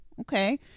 okay